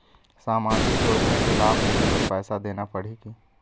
सामाजिक योजना के लाभ लेहे बर पैसा देना पड़ही की?